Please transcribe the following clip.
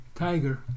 tiger